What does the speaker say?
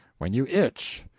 when you itch.